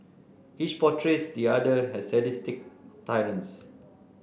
each portrays the other has sadistic tyrants